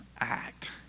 act